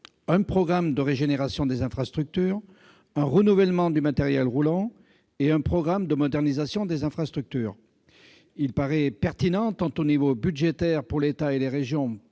un programme de régénération des infrastructures, un renouvellement du matériel roulant et un programme de modernisation des infrastructures. Il paraît pertinent, tant au niveau budgétaire pour l'État et les régions